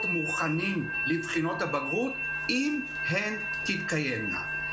מוכנים לבחינות הבגרות אם הן תתקיימנה.